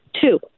Two